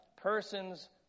persons